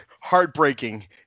heartbreaking